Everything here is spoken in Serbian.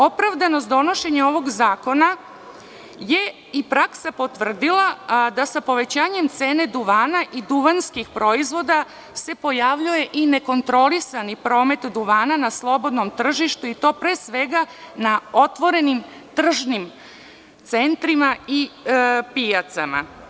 Opravdanost donošenja ovog zakona je i praksa potvrdila, da sa povećanjem cene duvana i duvanskih proizvoda se pojavljuje i nekontrolisani promet duvana na slobodnom tržištu i to pre svega na otvorenim tržnim centrima i pijacama.